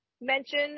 mention